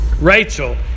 Rachel